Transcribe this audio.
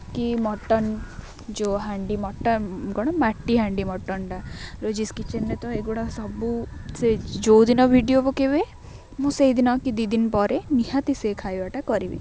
କି ମଟନ୍ ଯେଉଁ ହାଣ୍ଡି ମଟନ୍ କ'ଣ ମାଟି ହାଣ୍ଡି ମଟନ୍ଟା ରୋଜିିସ୍ କିଚେନ୍ରେ ତ ଏଗୁଡ଼ା ସବୁ ସେ ଯେଉଁ ଦିନ ଭିଡ଼ିଓ ପକାଇବେ ମୁଁ ସେଇଦିନ କି ଦୁଇ ଦିନ ପରେ ନିହାତି ସେ ଖାଇବାଟା କରିବି